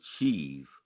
achieve